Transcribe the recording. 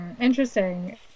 interesting